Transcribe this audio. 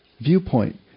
viewpoint